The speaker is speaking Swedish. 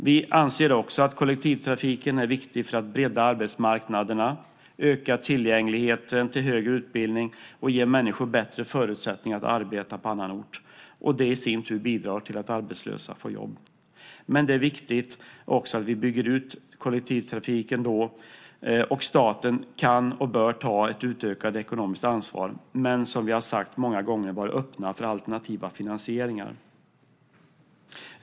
Vi anser också att kollektivtrafiken är viktig för att bredda arbetsmarknaderna, öka tillgängligheten till högre utbildning och ge människor bättre förutsättningar att arbeta på annan ort. Det i sin tur bidrar till att arbetslösa får jobb. Det är också viktigt att kollektivtrafiken byggs ut. Staten kan och bör ta ett utökat ekonomiskt ansvar men också, som vi har sagt många gånger, vara öppen för alternativa finansieringar.